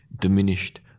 diminished